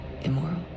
Immoral